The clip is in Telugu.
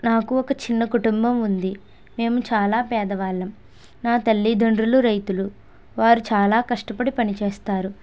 నాకు ఒక చిన్న కుటుంబం ఉంది మేము చాలా పేదవాళ్లం నా తల్లిదండ్రులు రైతులు వారు చాలా కష్టపడి పనిచేస్తారు